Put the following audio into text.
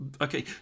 Okay